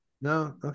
No